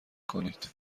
کنید